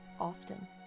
often